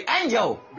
angel